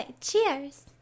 cheers